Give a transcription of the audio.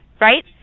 right